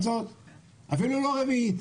לא ארבעה.